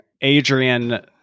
Adrian